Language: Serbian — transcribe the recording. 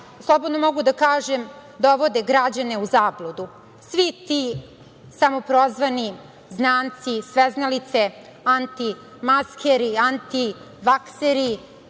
slobodno mogu da kažem, dovode građen u zabludu. Svi ti samoprozvani znanci, sveznalice, antimaskeri, antivakseri